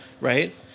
right